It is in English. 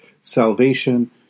salvation